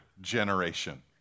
Generation